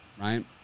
right